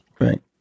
Right